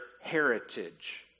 heritage